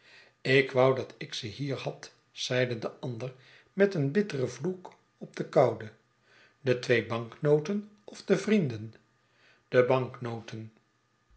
ik wou dat ik ze hier had zeide de ander met een bitteren vloek op de koude de twee banknoten of de vrienden de